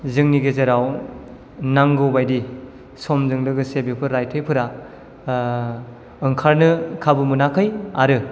जोंनि गेजेराव नांगौ बायदि समजों लोगोसे बेफोर रायथायफोरा ओंखारनो खाबु मोनाखै आरो